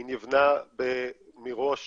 היא נבנתה מראש